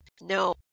no